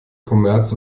kommerz